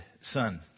son